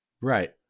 Right